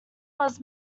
was